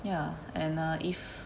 ya and err if